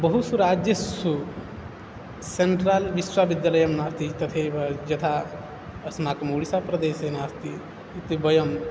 बहुषु राज्येषु सेण्ट्राल् विश्वविद्यालयः नास्ति तथैव यथा अस्माकम् उडिसाप्रदेसे नास्ति इति वयं